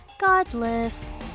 Godless